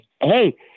hey